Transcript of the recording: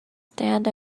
stand